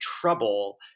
trouble